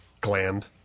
gland